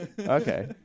Okay